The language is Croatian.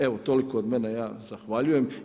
Evo toliko od mene, ja zahvaljujem.